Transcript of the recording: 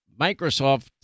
Microsoft